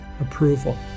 approval